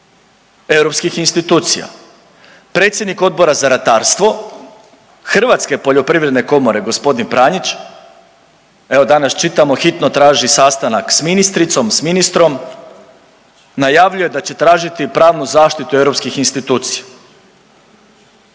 europskih institucija. Predsjednik Odbora za ratarstvo Hrvatske poljoprivredne komore gospodin Pranjić evo danas čitamo hitno traži sastanak sa ministricom, sa ministrom, najavljuje da će tražiti pravnu zaštitu europskih institucija.